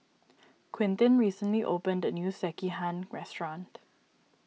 Quintin recently opened a new Sekihan restaurant